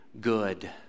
good